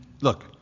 look